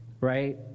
Right